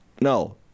No